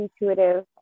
intuitive